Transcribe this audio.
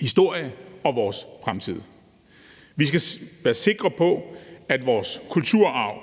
historie og vores fremtid. Vi skal være sikre på, at vores kulturarv